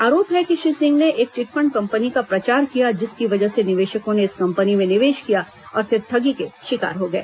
आरोप है कि श्री सिंह ने एक चिटफंड कंपनी का प्रचार किया जिसकी वजह से निवेशकों ने इस कंपनी में निवेश किया और फिर ठगी के शिकार हो गए